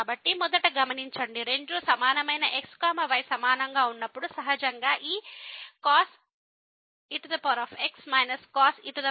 కాబట్టి మొదట గమనించండి రెండూ సమానమైన x y సమానంగా ఉన్నప్పుడు సహజంగా ఈ cos ex cos ey 0 మరియు 0 కి సమానం